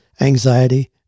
anxiety